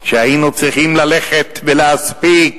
שהיינו צריכים ללכת ולהספיק